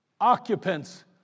occupants